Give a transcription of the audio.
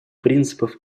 принципов